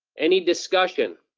any discussion?